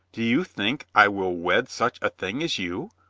do you think i will wed such a thing as you?